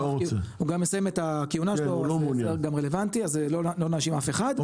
גם מסיים את הכהונה אז זה לא נאשים אף אחד.